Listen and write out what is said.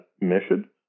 mission